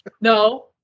No